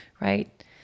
right